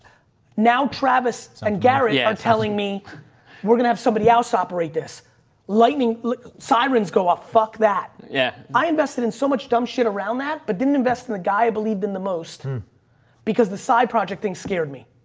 now travis and garrett yeah are telling me we're going to have somebody else operate this lightning sirens go off. fuck that. yeah i invested in so much dumb shit around that but didn't invest in the guy i believed in the most because the side project thing scared me.